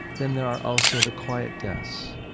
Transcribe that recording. then there are also the quiet deaths.